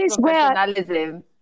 professionalism